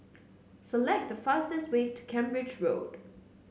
select the fastest way to Cambridge Road